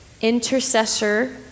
intercessor